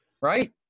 right